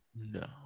No